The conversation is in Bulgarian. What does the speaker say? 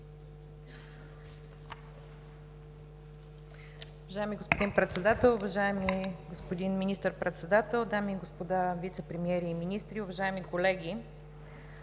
Добре